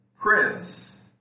Prince